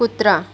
कुत्रा